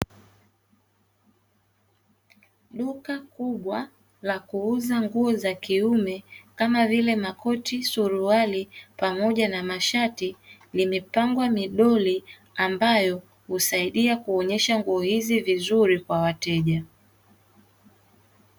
Duka kubwa la kuuza nguo za kiume kama vile makoti, suruali pamoja na mashati limepangwa midoli ambayo husaidia kuonyesha nguo hizi vizuri kwa wateja.